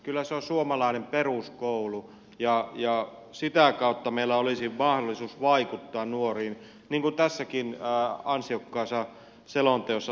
kyllä se on suomalainen peruskoulu ja sitä kautta meillä olisi mahdollisuus vaikuttaa nuoriin niin kuin tässäkin ansiokkaassa selonteossa todetaan